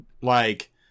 like-